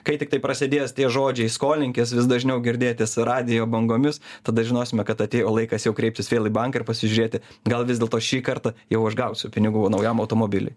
kai tiktai prasidės tie žodžiai skolinkis vis dažniau girdėtis radijo bangomis tada žinosime kad atėjo laikas jau kreiptis vėl į banką ir pasižiūrėti gal vis dėlto šį kartą jau aš gausiu pinigų naujam automobiliui